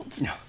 No